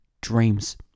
dreams